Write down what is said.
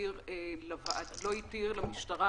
התיר למשטרה